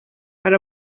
per